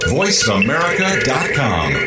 voiceamerica.com